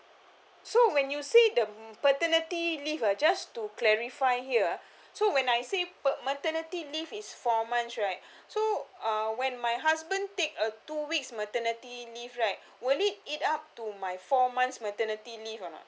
so when you say the paternity leave ah just to clarify here ah so when I say maternity leave is four months right so uh when my husband take a two weeks maternity leave right will it add up to my four months maternity leave or not